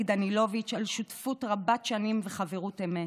דנילוביץ' על שותפות רבת-שנים וחברות אמת,